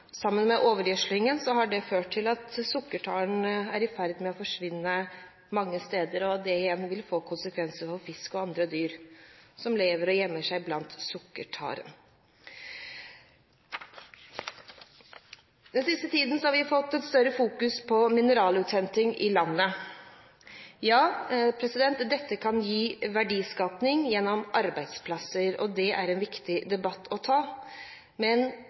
sammen med overgjødslingen har det ført til at sukkertaren er i ferd med å forsvinne mange steder. Dette vil igjen få konsekvenser for fisk og andre dyr som lever og gjemmer seg blant sukkertaren. Den siste tiden har vi fått et større fokus på mineraluthenting i landet. Dette kan gi verdiskaping gjennom arbeidsplasser, og det er en viktig debatt å ta. Men